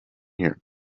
here